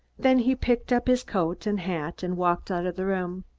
then he picked up his coat and hat and walked out of the room.